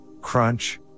crunch